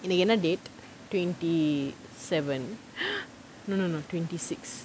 இன்னைக்கு என்ன:innaikku enna date twenty seven no no no twenty six